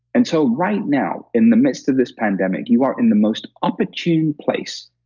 and so, right now in the midst of this pandemic, you are in the most opportune place,